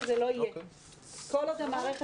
אישיים והמאוד ספציפיים של כל תלמיד,